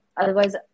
Otherwise